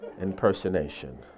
impersonation